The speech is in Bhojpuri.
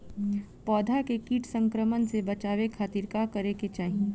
पौधा के कीट संक्रमण से बचावे खातिर का करे के चाहीं?